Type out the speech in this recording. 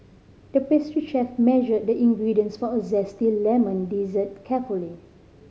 the pastry chef measured the ingredients for a zesty lemon dessert carefully